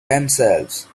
themselves